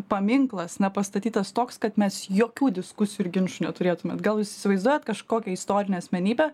paminklas na pastatytas toks kad mes jokių diskusijų ir ginčų neturėtume gal jūs įsivaizduojat kažkokią istorinę asmenybę